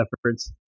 efforts